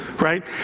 right